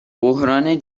بحران